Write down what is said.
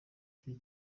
cyo